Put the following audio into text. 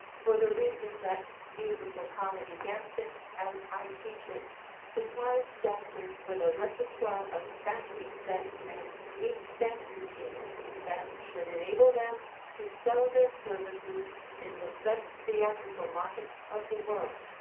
for the reason that musical comedy dancing as i teach it supplies dancers with a repertoire of fancy steps and neat dance routines that should enable them to sell their services in the best theatrical markets of the world,